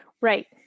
Right